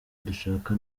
dushaka